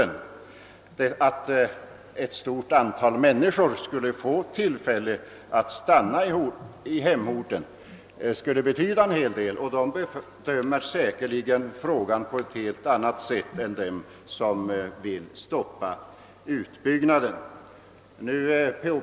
Att ett stort antal människor skulle få möjligheter att stanna kvar i hemorten skulle betyda en hel del, och dessa människor bedömer säkerligen frågan på ett helt annat sätt än de som vill stoppa utbyggnaden.